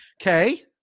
Okay